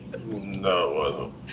No